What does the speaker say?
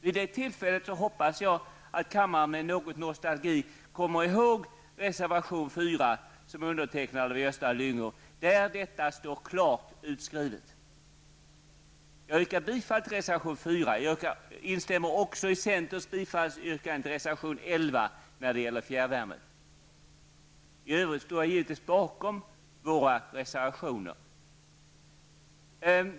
Vid det tillfället hoppas jag att kammaren med någon nostalgi kommer ihåg reservation 4 undertecknad av Gösta Lyngå där detta står klart utskrivet. Jag yrkar bifall till reservation 4. Jag instämmer också i centerns bifallsyrkande till reservation 11 när det gäller fjärrvärme. I övrigt står jag givetvis bakom våra reservationer.